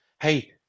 hey